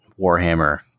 Warhammer